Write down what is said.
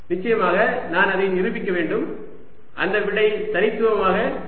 நிச்சயமாக நான் அதை நிரூபிக்க வேண்டும் அந்த விடை தனித்துவமாக இருக்கும்